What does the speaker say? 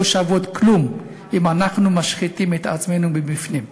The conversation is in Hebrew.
שוות כלום אם אנחנו משחיתים את עצמנו מבפנים.